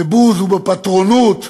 בבוז ובפטרונות,